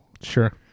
Sure